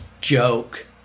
joke